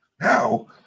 now